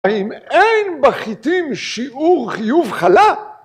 האם אין בחיתים שיעור חיוב חלה?